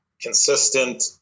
consistent